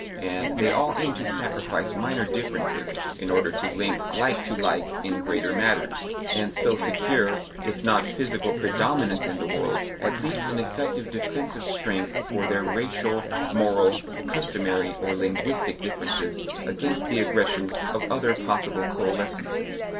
and they all aim to sacrifice minor differences in order to link like to like in greater matters, and so secure, if not physical predominance in the world, at least an effective defensive strength for their racial, moral, customary, or linguistic differences against the aggressions of other possible coalescences.